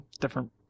different